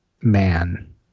man